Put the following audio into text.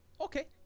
Okay